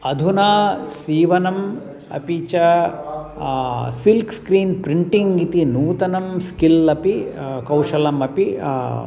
अधुना सीवनम् अपि चा सिल्क् स्क्रीन् प्रिण्टिङ्ग् इति नूतनं स्किल् अपि कौशलम् अपि